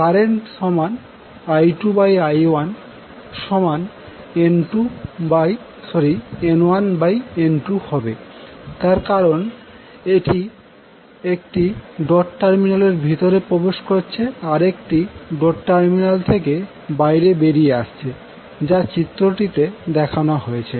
current সমান I2I1N1N2 হবে তার কারন একটি ডট টার্মিনাল এর ভিতরে প্রবেশ করছে আর একটি ডট টার্মিনাল থেকে বাইরে বেরিয়ে আসছে যা চিত্রটিতে দেখানো হয়েছে